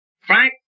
Frank